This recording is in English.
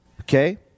Okay